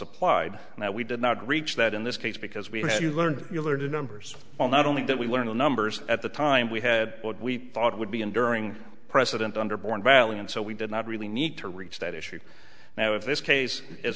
applied and that we did not reach that in this case because we know you learned you learned in numbers well not only that we learned the numbers at the time we had what we thought would be in during president under born valley and so we did not really need to reach that issue now if this case is